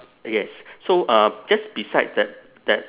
yes so uh just beside that that